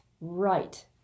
Right